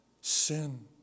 sin